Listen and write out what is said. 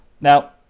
Now